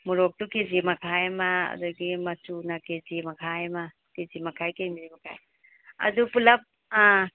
ꯃꯣꯔꯣꯛꯇꯨ KG ꯃꯈꯥꯏ ꯑꯃ ꯑꯗꯒꯤ ꯃꯆꯨꯅ ꯀꯦꯖꯤ ꯃꯈꯥꯏ ꯑꯃ ꯀꯦꯖꯤ ꯃꯈꯥꯏ ꯀꯦꯖꯤ ꯃꯈꯥꯏ ꯑꯗꯨ ꯄꯨꯂꯞ ꯑꯥ